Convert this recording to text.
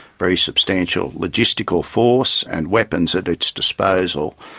very substantial logistical force and weapons at its disposal,